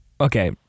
Okay